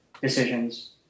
decisions